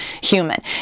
human